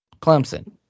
Clemson